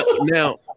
now